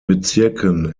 bezirken